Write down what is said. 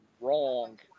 wrong